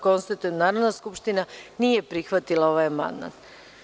Konstatujem da Narodna skupština nije prihvatila ovaj amandman.